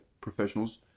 professionals